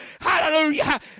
hallelujah